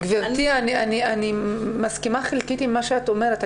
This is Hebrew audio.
אני מסכימה חלקית עם מה שאת אומרת,